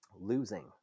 losing